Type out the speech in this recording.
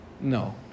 No